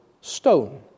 stone